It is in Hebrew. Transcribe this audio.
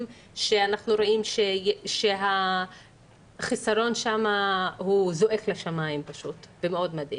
שאנחנו רואים שהחיסרון שם הוא זועק לשמיים פשוט ומאוד מדאיג.